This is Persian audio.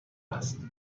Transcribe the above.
است